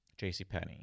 JCPenney